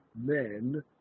men